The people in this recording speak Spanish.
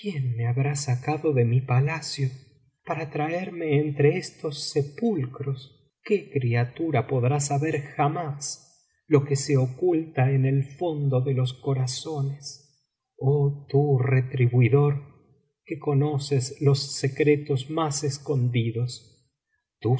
me habrá sacado de mi palacio para traerme entre estos sepulcros qué criatura podrá saber jamás lo que se oculta en el fondo de los corazones oh tú retribuidor que conóceseos secretos más escondidos